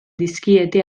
dizkiete